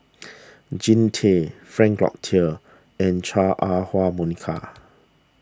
Jean Tay Frank Cloutier and Chua Ah